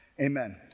Amen